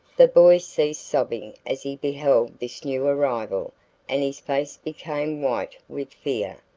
the boy ceased sobbing as he beheld this new arrival and his face became white with fear,